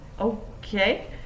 okay